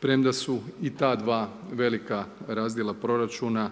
premda su i ta 2 velika razdjela proračuna,